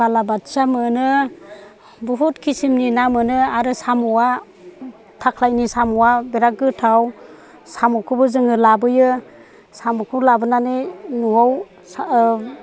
बालाबोथिया मोनो बहुद खिसिमनि ना मोनो आरो साम'आ थाख्लायनि साम'आ बिराद गोथाव साम'खौबो जों लाबोयो साम'खौ लाबोनानै न'आव